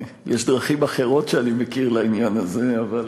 יש דרכים אחרות שאני מכיר לעניין הזה.